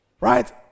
Right